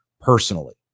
personally